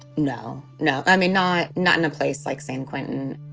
no, no, i mean, not not in a place like san quentin